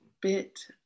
bit